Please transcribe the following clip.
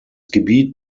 gebiet